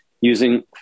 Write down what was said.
using